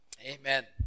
Amen